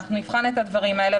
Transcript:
אנחנו נבחן את הדברים האלה,